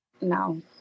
No